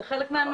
זה חלק מהנוהל.